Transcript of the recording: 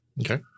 Okay